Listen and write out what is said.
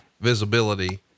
visibility